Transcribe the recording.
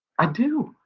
i do,